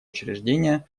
учреждения